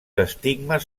estigmes